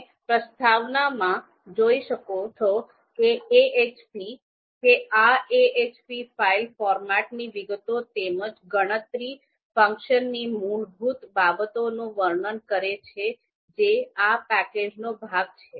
તમે પ્રસ્તાવનામાં જોઈ શકો છો કે આ ahp ફાઇલ ફોર્મેટની વિગતો તેમજ ગણતરી ફંક્શનની મૂળભૂત બાબતોનું વર્ણન કરે છે જે આ પેકેજનો ભાગ છે